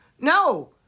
No